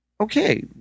Okay